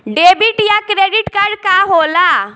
Debit या credit card का होला?